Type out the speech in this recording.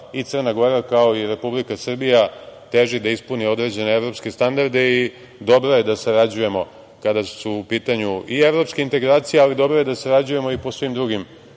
i Crna Gora kao i Republika Srbija teži da ispuni određene evropske standarde i dobra je da sarađujemo kada su u pitanju i evropske integracije, ali dobro je da sarađujemo i po svim drugim